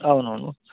అవునవును